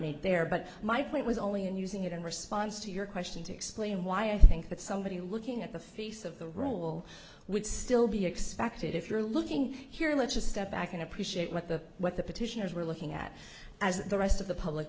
meet their butt my point was only in using it in response to your question to explain why i think that somebody looking at the feast of the role would still be expected if you're looking here let's just step back and appreciate what the what the petitioners were looking at as the rest of the public